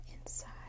inside